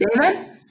David